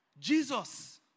Jesus